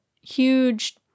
huge